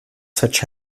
such